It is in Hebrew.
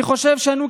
אני חושב שאנו,